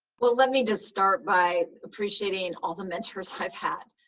well, let me just start by appreciating all the mentors i've had.